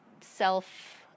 Self